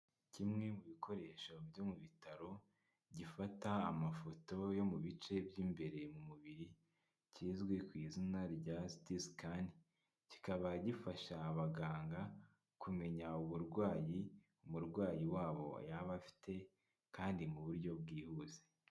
Kimwe mu bikoresho byo mu bitaro, gifata amafoto yo mu bice by'imbere mu mubiri. Kizwi ku izina rya ''CT Scan'' kikaba gifasha abaganga kumenya uburwayi umurwayi wabo yaba afite kandi mu buryo bwihuse.